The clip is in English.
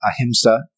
ahimsa